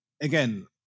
Again